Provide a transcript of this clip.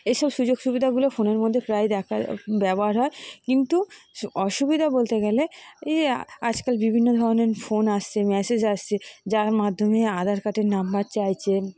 এইসব সুযোগ সুবিধাগুলো ফোনের মধ্যে প্রায় দেখা ব্যবহার হয় কিন্তু স অসুবিধা বলতে গেলে এই যে আজকাল বিভিন্ন ধরনের ফোন আসছে মেসেজ আসছে যার মাধ্যমে আধার কার্ডের নাম্বার চাইছে